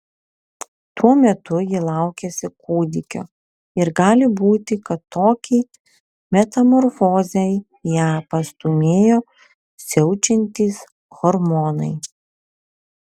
tuo metu ji laukėsi kūdikio ir gali būti kad tokiai metamorfozei ją pastūmėjo siaučiantys hormonai